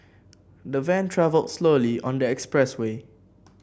the van travelled slowly on the express way